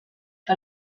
que